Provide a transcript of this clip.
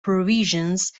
provisions